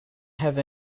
have